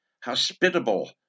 hospitable